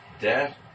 death